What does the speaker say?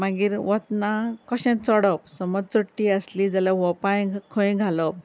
मागीर वताना कशें चडप समज चडटी आसली जाल्यार हो पांय खंय घालप